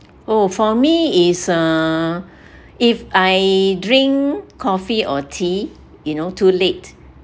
oh for me is uh if I drink coffee or tea you know too late